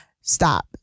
stop